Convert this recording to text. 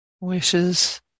wishes